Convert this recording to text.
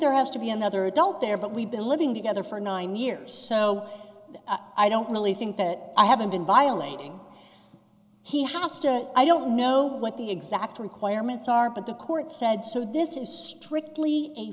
there has to be another adult there but we believing together for nine years so i don't really think that i haven't been violating he has i don't know what the exact requirements are but the court said so this is strictly a